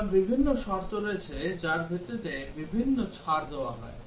এখন বিভিন্ন শর্ত রয়েছে যার ভিত্তিতে বিভিন্ন ছাড় দেওয়া হয়